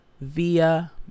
via